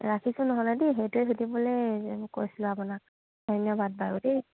ৰাখিছোঁ নহ'লে দেই সেইটোৱে সুধিবলৈ কৈছিলোঁ আপোনাক ধন্যবাদ বাৰু দেই